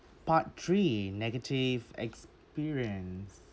part three negative experience